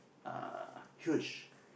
uh huge